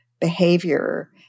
behavior